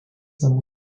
namų